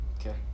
Okay